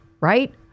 right